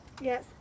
Yes